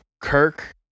kirk